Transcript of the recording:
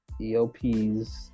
EOPs